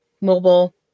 mobile